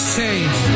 change